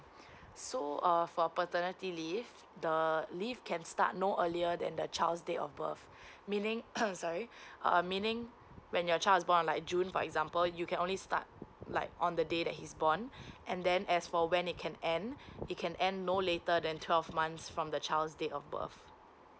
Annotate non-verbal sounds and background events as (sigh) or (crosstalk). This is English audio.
so uh for paternity leave the leave can start no earlier than the child's date of birth meaning (coughs) sorry err meaning when your child is born like june for example you can only start like on the day that he's born and then as for when it can end it can end no later than twelve months from the child's date of birth